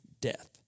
death